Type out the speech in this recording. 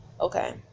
okay